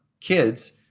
kids